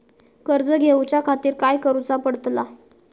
कर्ज घेऊच्या खातीर काय करुचा पडतला?